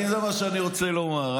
זה מה שאני רוצה לומר.